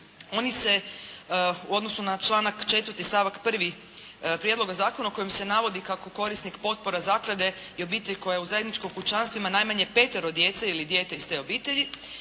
Oni se u odnosu na članak 4. stavak 1. prijedloga zakona u kojem se navodi kako korisnik potpora zaklade i obitelji koja u zajedničkom kućanstvu ima petero djece ili dijete iz te obitelji,